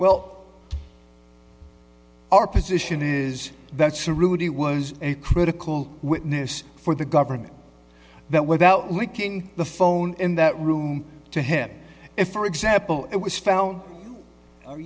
well our position is that's a route it was a critical witness for the government that without waking the phone in that room to him if for example it was found are